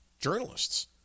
journalists